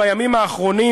בימים האחרונים